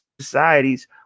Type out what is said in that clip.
societies